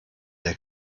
der